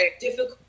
difficult